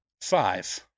Five